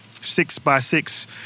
six-by-six